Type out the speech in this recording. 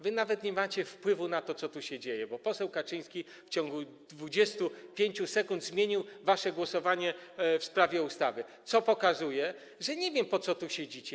Wy nawet nie macie wpływu na to, co tu się dzieje, bo poseł Kaczyński w ciągu 25 sekund zmienił wasze głosowanie w sprawie ustawy, co pokazuje, że nie wiadomo po co tu siedzicie.